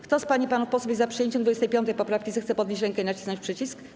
Kto z pań i panów posłów jest za przyjęciem 25. poprawki, zechce podnieść rękę i nacisnąć przycisk.